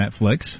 Netflix